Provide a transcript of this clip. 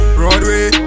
Broadway